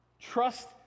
Trust